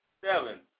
Seven